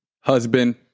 husband